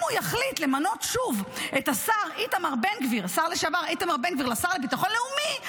אם הוא יחליט למנות שוב את השר לשעבר איתמר בן גביר כשר לביטחון לאומי,